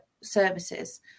services